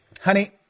honey